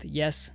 yes